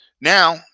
Now